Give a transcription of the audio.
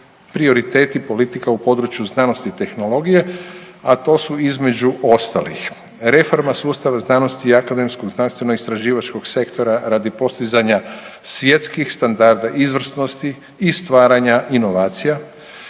prioriteti politika u području znanosti i tehnologije. A to su između ostalih reforma sustava znanosti i akademsko znanstveno istraživačkog sektora radi postizanja svjetskih standarda izvrsnosti i stvaranja inovacija.